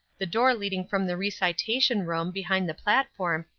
the door leading from the recitation room, behind the platform,